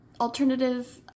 alternative